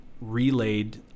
Relayed